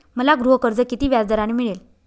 मला गृहकर्ज किती व्याजदराने मिळेल?